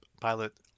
pilot